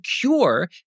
cure